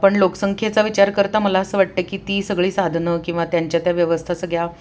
पण लोकसंख्येचा विचार करता मला असं वाटतं की ती सगळी साधनं किंवा त्यांच्या त्या व्यवस्था सगळ्या